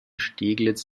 steglitz